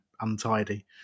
untidy